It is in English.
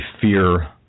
fear